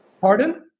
Pardon